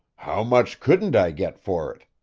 how much couldn't i get for it!